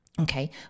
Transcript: Okay